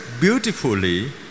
beautifully